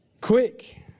Quick